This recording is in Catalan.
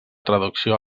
traducció